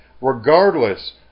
regardless